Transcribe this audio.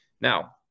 now